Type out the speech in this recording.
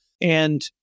And-